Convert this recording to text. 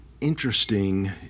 interesting